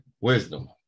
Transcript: wisdom